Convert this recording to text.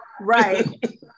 Right